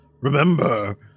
Remember